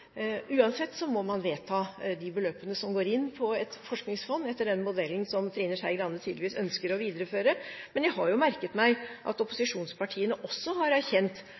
Uansett må man vedta de beløpene som går inn på et forskningsfond, etter den modellen som Trine Skei Grande tydeligvis ønsker å videreføre. Men jeg har merket meg at opposisjonspartiene også har erkjent